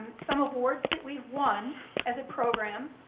some awards that we've won as a program,